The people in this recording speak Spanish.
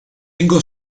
tengo